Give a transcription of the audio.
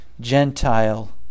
Gentile